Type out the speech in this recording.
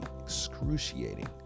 excruciating